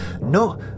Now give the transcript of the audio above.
no